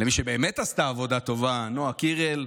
למי שבאמת עשתה עבודה טובה, נועה קירל,